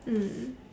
mm